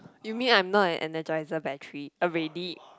you mean I'm not an energiser battery already